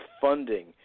funding